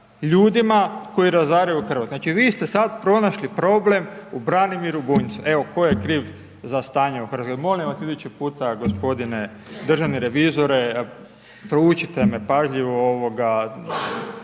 ljudima koji razaraju Hrvatsku. Znači vi ste sada pronašli problem u Branimiru Bunjcu, evo tko je kriv za stanje u Hrvatskoj, jer molim vas idući puta gospodine, državni reviziju, poučite me pažljivo, ovoga,